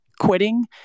Quitting